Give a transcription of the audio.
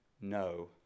No